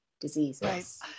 diseases